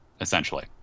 essentially